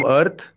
Earth